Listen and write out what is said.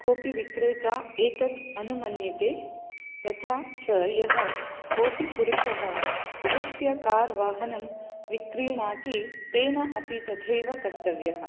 कोऽपि विक्रेता एतत् अनुमन्यते तथा च यः कोऽपि पुरुषः स्वस्य कार् वाहनं विक्रीणाति तेन अपि तथैव कर्तव्यः